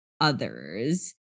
others